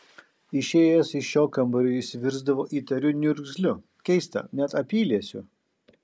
išėjęs iš šio kambario jis virsdavo įtariu niurgzliu keista net apyliesiu